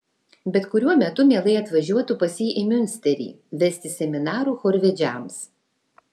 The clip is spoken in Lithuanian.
bet kuriuo metu mielai atvažiuotų pas jį į miunsterį vesti seminarų chorvedžiams